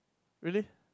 really